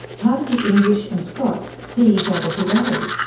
how do the english and scots see each other today?